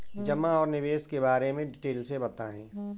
जमा और निवेश के बारे में डिटेल से बताएँ?